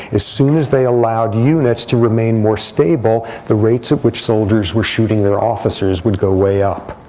as soon as they allowed units to remain more stable, the rates at which soldiers were shooting their officers would go way up.